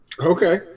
Okay